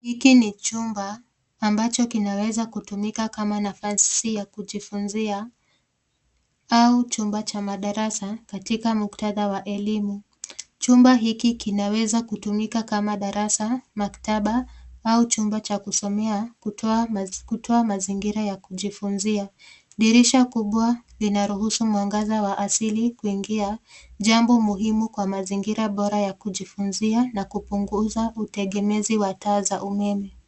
Hiki ni chumba ambacho kinaweza kutumika kama nafasi ya kujifunzia au chumba cha madarasa katika muktadha wa elimu. Chumba hiki kinaweza kutumika kama darasa, maktaba au chumba cha kusomea kutoa maz- kutoa mazingira ya kujifunzia. Dirisha kubwa linaruhusu mwanga wa asili kuingia jambo muhimu kwa mazingira bora ya kujifunzia na kupunguza utegemezi wa taa za umeme.